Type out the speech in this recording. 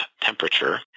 temperature